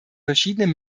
verschiedenen